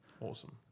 Awesome